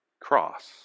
cross